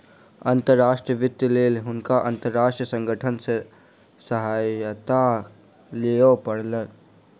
अंतर्राष्ट्रीय वित्तक लेल हुनका अंतर्राष्ट्रीय संगठन सॅ सहायता लिअ पड़ल